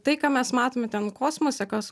tai ką mes matome ten kosmose kas